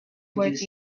worth